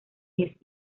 diez